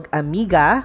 amiga